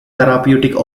therapeutic